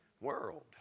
world